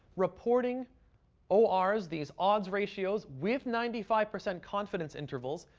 reporting ors, these odds ratios, with ninety five percent confidence intervals.